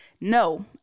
No